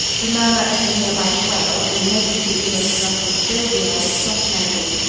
the murmur of the nearby swale and the notes of the english thrushes filled the air with soft melody.